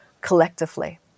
collectively